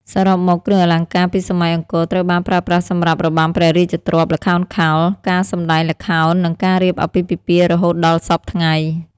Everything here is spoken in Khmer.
សរុបមក គ្រឿងអលង្ការពីសម័យអង្គរត្រូវបានប្រើប្រាស់សម្រាប់របាំព្រះរាជទ្រព្យ ល្ខោនខោល ការសម្តែងល្ខោននិងការរៀបអាពាហ៍ពិពាហ៍រហូតដល់សព្វថ្ងៃ។